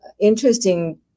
interesting